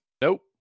Nope